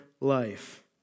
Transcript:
life